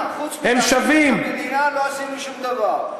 הם שווים.